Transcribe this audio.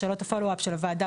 שאלות הפולו-אפ של הוועדה,